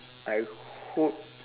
I hope